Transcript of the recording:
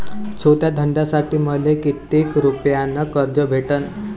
छोट्या धंद्यासाठी मले कितीक रुपयानं कर्ज भेटन?